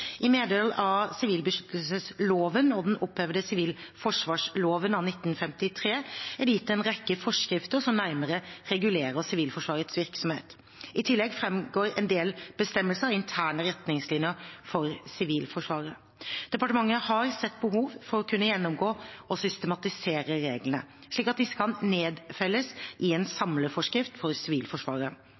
I medhold av sivilbeskyttelsesloven og den opphevede sivilforsvarsloven av 1953 er det gitt en rekke forskrifter som nærmere regulerer Sivilforsvarets virksomhet. I tillegg framgår en del bestemmelser og interne retningslinjer for Sivilforsvaret. Departementet har sett behov for å kunne gjennomgå og systematisere reglene, slik at disse kan nedfelles i en samleforskrift for Sivilforsvaret.